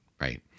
right